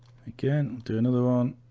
again do another one